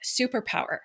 superpower